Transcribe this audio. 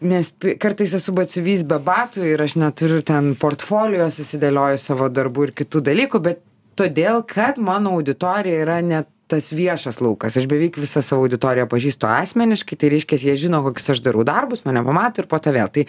nes kartais esu batsiuvys be batų ir aš neturiu ten portfolijos susidėliojusi savo darbų ir kitų dalykų bet todėl kad mano auditorija yra ne tas viešas laukas aš beveik visą savo auditoriją pažįstu asmeniškai tai reiškia jie žino kokius aš darau darbus mane pamato ir po to vėl tai